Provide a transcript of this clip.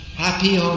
happy